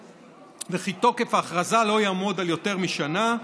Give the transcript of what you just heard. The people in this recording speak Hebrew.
וכי תוקף ההכרזה לא יעמוד על יותר משנה.